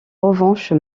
revanche